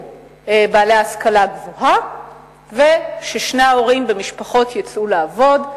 בעלי השכלה גבוהה וששני ההורים במשפחות יצאו לעבוד.